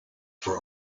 for